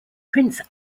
prince